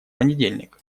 понедельник